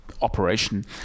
Operation